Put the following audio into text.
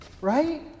Right